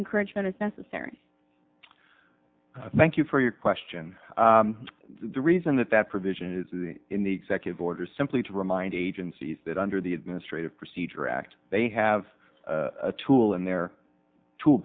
necessary thank you for your question the reason that that provision is in the executive order simply to remind agencies that under the administrative procedure act they have a tool in their tool